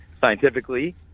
scientifically